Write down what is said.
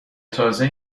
تازه